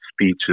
speeches